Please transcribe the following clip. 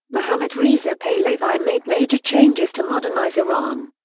mohammad reza pahlavi made major changes to modernize iran.